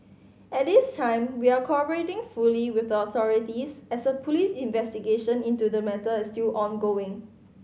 at this time we are cooperating fully with authorities as a police investigation into the matter is still ongoing